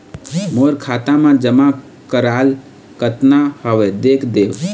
मोर खाता मा जमा कराल कतना हवे देख देव?